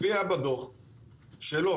מופיע בדוח שלו,